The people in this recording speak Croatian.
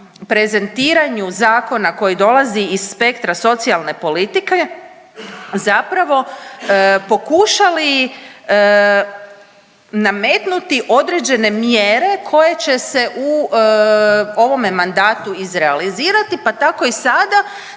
prezentiranju zakona koji dolazi iz spektra socijalne politike zapravo pokušali nametnuti određene mjere koje će se u ovome mandatu izrealizirati, pa tako i sada